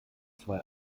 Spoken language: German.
zwei